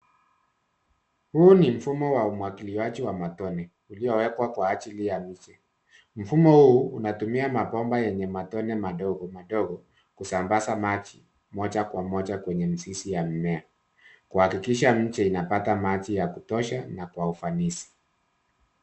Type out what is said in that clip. Huu ni mfumo wa umwagiliaji wa matone uliowekwa kwa ajili ya miche ,mfumo huu unatumia mabomba yenye matone madogo madogo kusambaza maji moja kwa moja kwenye mizizi ya mmea ,kuhakikisha miche inapata maji ya kutosha na kwa ufanisi.